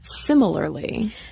similarly